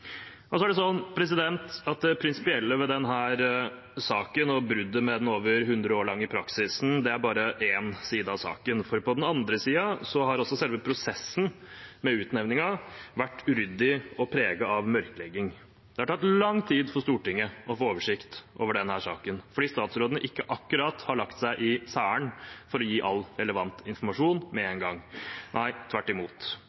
Det prinsipielle ved denne saken og bruddet med den over 100 år lange praksisen er bare én side av saken, for på den andre siden har selve prosessen med utnevningen vært uryddig og preget av mørklegging. Det har tatt lang tid for Stortinget å få oversikt over denne saken fordi statsrådene ikke akkurat har lagt seg i selen for å gi all relevant informasjon med en gang. Tvert imot